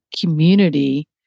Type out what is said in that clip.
community